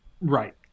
Right